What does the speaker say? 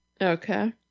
Okay